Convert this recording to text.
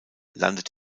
landet